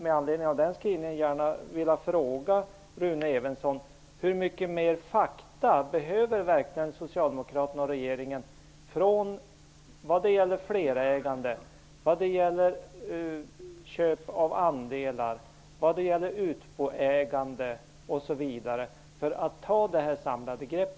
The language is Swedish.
Med anledning av den skrivningen skulle jag vilja fråga Rune Evensson: Hur mycket mer fakta behöver verkligen Socialdemokraterna och regeringen vad gäller flerägande, köp av andelar, utboägande osv. för att ta nämnda samlade grepp?